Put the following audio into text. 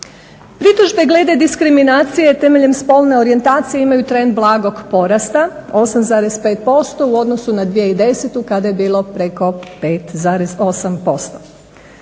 Pritužbe glede diskriminacije temeljem spolne orijentacije imaju trend blagog porasta 8,5% u odnosu na 2010. kada je bilo preko 5,8%.